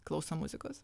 klausom muzikos